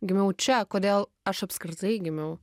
gimiau čia kodėl aš apskritai gimiau